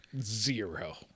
Zero